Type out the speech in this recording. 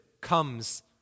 comes